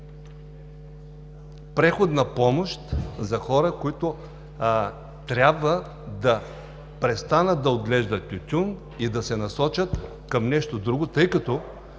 преходна помощ, хора, които трябва да престанат да отглеждат тютюн и да се насочат към нещо друго, тъй като